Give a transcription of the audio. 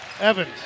Evans